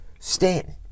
Stanton